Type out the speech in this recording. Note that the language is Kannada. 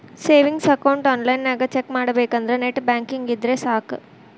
ಸೇವಿಂಗ್ಸ್ ಅಕೌಂಟ್ ಆನ್ಲೈನ್ನ್ಯಾಗ ಚೆಕ್ ಮಾಡಬೇಕಂದ್ರ ನೆಟ್ ಬ್ಯಾಂಕಿಂಗ್ ಇದ್ರೆ ಸಾಕ್